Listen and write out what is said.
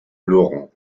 laurent